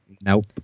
Nope